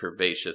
curvaceous